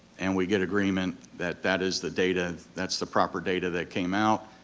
and we get agreement that that is the data, that's the proper data that came out,